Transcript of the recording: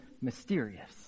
mysterious